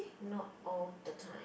not all the time